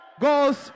goes